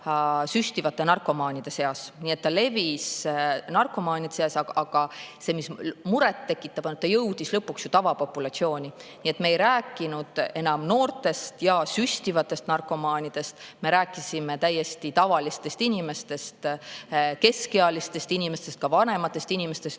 süstivate narkomaanide seas. Ta levis narkomaanide seas, aga muret tekitab see, et ta jõudis lõpuks ju tavapopulatsiooni. Nii et me ei rääkinud enam noortest ja süstivatest narkomaanidest, me rääkisime täiesti tavalistest inimestest, keskealistest inimestest, ka vanematest inimestest,